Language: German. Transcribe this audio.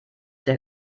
der